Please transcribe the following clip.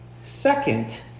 second